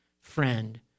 friend